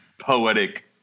poetic